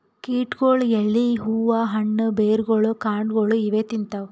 ಕೀಟಗೊಳ್ ಎಲಿ ಹೂವಾ ಹಣ್ಣ್ ಬೆರ್ಗೊಳ್ ಕಾಂಡಾಗೊಳ್ ಇವೇ ತಿಂತವ್